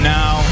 now